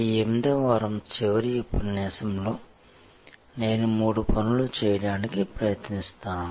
ఈ 8 వ వారం చివరి ఉపన్యాసంలో నేను మూడు పనులు చేయడానికి ప్రయత్నిస్తాను